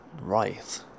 right